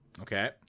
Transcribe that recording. Okay